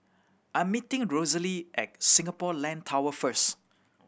I'm meeting Rosalie at Singapore Land Tower first